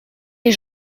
les